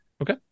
Okay